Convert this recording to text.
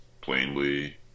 plainly